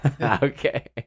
Okay